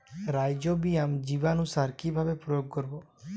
Rhizobium জীবানুসার কিভাবে প্রয়োগ করব?